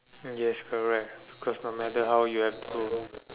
yes correct of course no matter how you have to